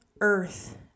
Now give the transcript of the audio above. earth